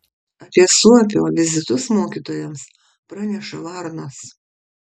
apie suopio vizitus mokytojams praneša varnos